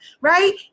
right